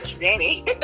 Danny